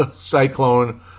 cyclone